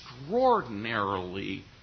extraordinarily